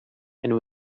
and